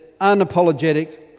unapologetic